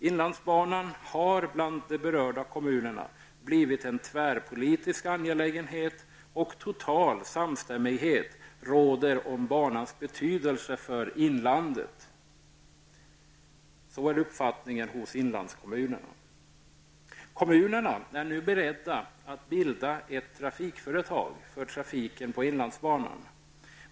Inlandsbanan har bland de berörda kommunerna blivit en tvärpolitisk angelägenhet, och total samstämmighet råder om banans betydelse för inlandet. Detta är uppfattningen hos inlandskommunerna. Kommunerna är nu beredda att bilda ett trafikföretag för trafiken på inlandsbanan.